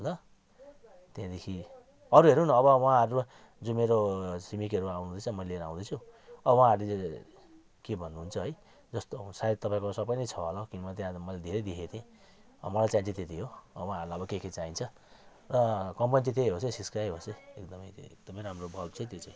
ल त्यहाँदेखि अरू हेर्नु न अब उहाँहरू जो मेरो छिमेकीहरू आउनुहुँदैछ म लिएर आउँदैछु अब उहाँहरूले चाहिँ के भन्नुहुन्छ है जस्तो अब सायद तपाईँकोमा सबै नै छ होला किनभने त्यहाँ त मैले धेरै नै देखेको थिएँ मलाई चाहिने चाहिँ त्यति हो उहाँहरूलाई अब के के चाहिन्छ कम्पनी चै त्यही होस् है सिस्कै होस् एकदमै त्यो एकदमै राम्रो बल्ब चाहिँ त्यो चाहिँ